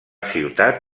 ciutat